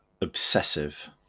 obsessive